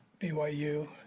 BYU